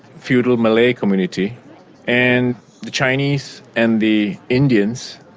feudal, malay community and the chinese and the indians,